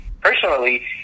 personally